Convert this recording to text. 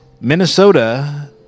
Minnesota